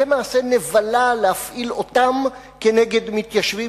זה מעשה נבלה להפעיל אותם נגד מתיישבים